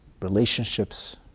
relationships